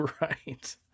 Right